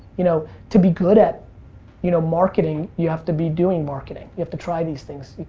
you know to be good at you know marketing, you have to be doing marketing. you have to try these things.